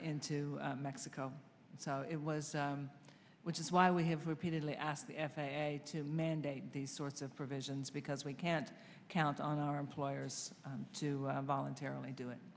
into mexico so it was which is why we have repeatedly asked the f a a to mandate these sorts of provisions because we can't count on our employers to voluntarily do